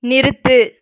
நிறுத்து